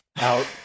Out